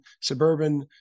suburban